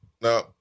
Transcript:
now